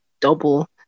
double